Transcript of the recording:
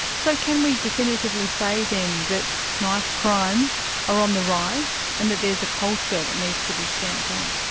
so can we definitively say then that knife crimes are on the rise, and that there's a culture that needs t be stamped out?